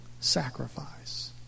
sacrifice